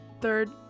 third